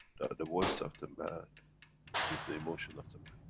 the voice of the man is the emotion of the man.